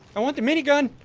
i want the minigun